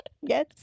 Yes